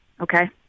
okay